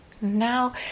Now